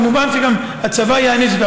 כמובן שגם הצבא יעניש אותו,